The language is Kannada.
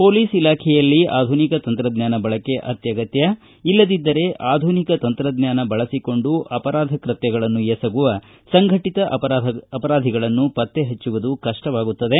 ಪೊಲೀಸ್ ಇಲಾಖೆಯಲ್ಲಿ ಆಧುನಿಕ ತಂತ್ರಜ್ಞಾನ ಬಳಕೆ ಅತ್ಯಗತ್ಯ ಇಲ್ಲದಿದ್ದರೆ ಆಧುನಿಕ ತಂತ್ರಜ್ಞಾನ ಬಳಸಿಕೊಂಡು ಅಪರಾಧ ಕೃತ್ಯಗಳನ್ನು ಎಸಗುವ ಸಂಘಟತ ಅಪರಾಧಿಗಳನ್ನು ಪತ್ತೆ ಹಚ್ಚುವುದು ಕಪ್ಪವಾಗುತ್ತದೆ